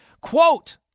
Quote